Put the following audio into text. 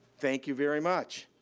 thank you very much.